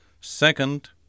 Second